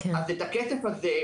אז את הכסף הזה,